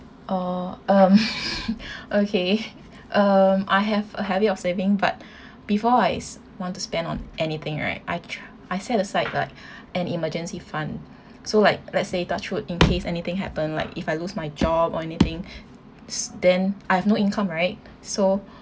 orh um okay um I have a habit of saving but before I want to spend on anything right I tr~ I set aside like an emergency fund so like let's say touch wood in case anything happen like if I lose my job or anything s~ then I have no income right so